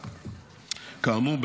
כאמור,